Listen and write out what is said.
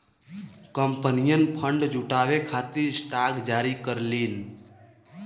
कंपनियन फंड जुटावे खातिर स्टॉक जारी करलीन